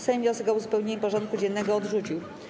Sejm wniosek o uzupełnienie porządku dziennego odrzucił.